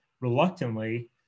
reluctantly